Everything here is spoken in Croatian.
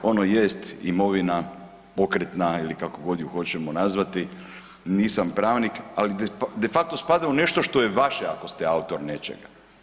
Ono jest imovina pokretna ili kako god je hoćemo nazvati, nisam pravnik ali de facto spada u nešto što je vaše ako ste autor nečega.